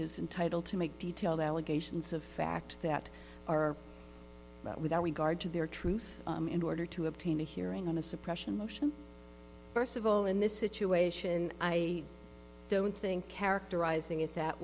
is entitled to make detail the allegations of fact that are without regard to their truth in order to obtain a hearing on a suppression motion first of all in this situation i don't think characterizing it that